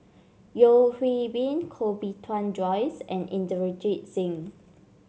Yeo Hwee Bin Koh Bee Tuan Joyce and Inderjit Singh